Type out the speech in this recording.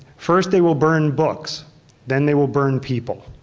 first they will burn books then they will burn people.